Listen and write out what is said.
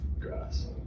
Grass